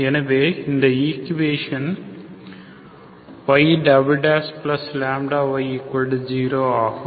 எனவே அந்த equation yλy0 ஆகும்